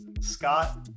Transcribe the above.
Scott